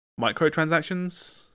microtransactions